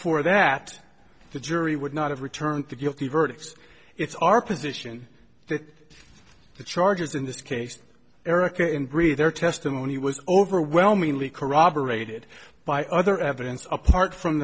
for that the jury would not have returned the guilty verdicts it's our position that the charges in this case erica and breathe their testimony was overwhelmingly corroborated by other evidence apart from